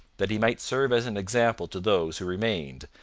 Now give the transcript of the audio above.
that he might serve as an example to those who remained,